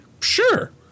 Sure